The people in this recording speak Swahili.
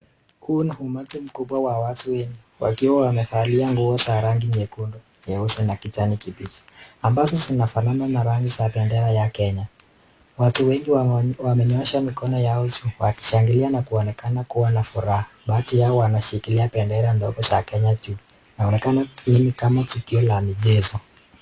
Huu ni umati mkubwa wa watu wengi wakiwa wamevalia nguo za rangi nyekundu, nyeusi na kijani kibichi ambazo zinafanana na rangi za bendera ya Kenya. Watu wengi wamenyoosha mikono yao juu wakishangilia na kuonekana kuwa na furaha. Baadhi yao wanashikilia bendera ndogo za Kenya juu, inaonekana hili ni kama tukio la michezo.